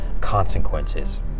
consequences